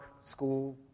school